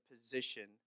position